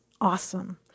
awesome